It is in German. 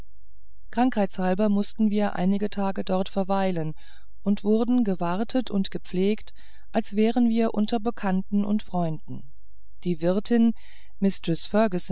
krankheitshalber mußten wir einige tage dort verweilen und wurden gewartet und gepflegt als wären wir unter bekannten und freunden die wirtin